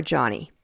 Johnny